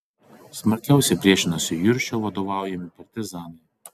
smarkiausiai priešinosi juršio vadovaujami partizanai